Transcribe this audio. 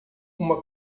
uma